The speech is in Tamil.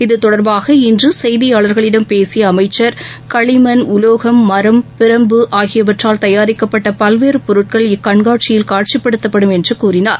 இத்தொடர்பாக இன்று செய்தியாளர்களிடம் பேசிய அமைச்சர் களிமன் உலோகம் மரம் பிரம்பு ஆகியவற்றால் தயாரிக்கப்பட்ட பல்வேறு பொருட்கள் இக்கண்காட்சியில் காட்சிப்படுத்தப்படும் என்று கூறினார்